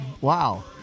wow